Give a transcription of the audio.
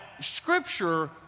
Scripture